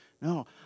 No